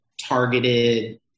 targeted